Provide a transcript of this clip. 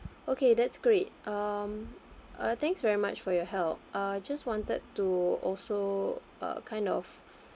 okay that's great um uh thanks very much for your help uh just wanted to also uh kind of